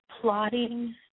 plotting